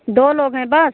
दो लोग हैं बस